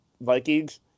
Vikings